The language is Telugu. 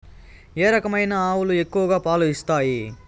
ఏ రకమైన ఆవులు ఎక్కువగా పాలు ఇస్తాయి?